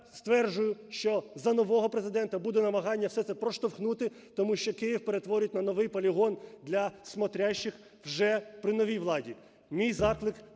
я стверджую, що за нового Президента буде намагання все це проштовхнути, тому що Київ перетворять на новий полігон для смотрящих вже при новій владі. Мій заклик